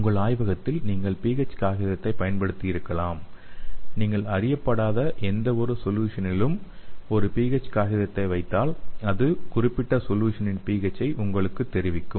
உங்கள் ஆய்வகத்தில் நீங்கள் pH காகிதத்தைப் பயன்படுத்தியிருக்கலாம் நீங்கள் அறியப்படாத எந்தவொரு சொல்யுசனிலும் ஒரு pH காகிதத்தை வைத்தால் அது குறிப்பிட்ட சொல்யுசனின் pH ஐ உங்களுக்குத் தெரிவிக்கும்